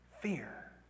fear